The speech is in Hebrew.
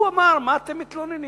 הוא אמר: מה אתם מתלוננים?